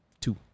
Two